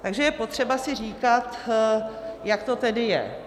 Takže je potřeba si říkat, jak to tedy je.